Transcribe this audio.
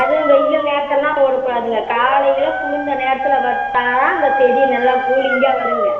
அதுவும் வெயில் நேரத்தில்லாம் விடக்கூடாதுங்க காலையில் குளுர்ந்த நேரத்தில் விட்டால் தான் அந்த செடி நல்லா கூலிங்காக வருங்க